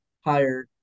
higher